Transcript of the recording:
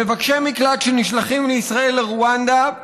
מבקשי מקלט שנשלחים מישראל לרואנדה,